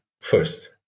first